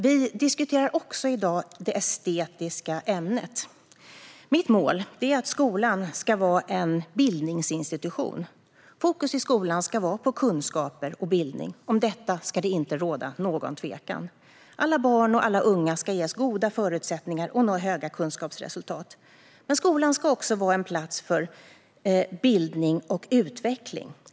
Vi diskuterar också i dag det estetiska ämnet. Mitt mål är att skolan ska vara en bildningsinstitution. Fokus i skolan ska vara på kunskaper och bildning. Om detta ska det inte råda någon tvekan. Alla barn och alla unga ska ges goda förutsättningar att nå höga kunskapsresultat. Men skolan ska också vara en plats för bildning och utveckling.